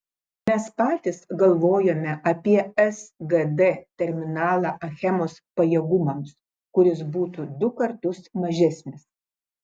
mes patys galvojome apie sgd terminalą achemos pajėgumams kuris būtų du kartus mažesnis